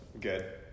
Good